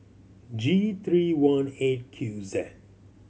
G three one Eight Q Z